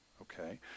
Okay